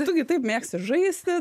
tu gi taip mėgsti žaisti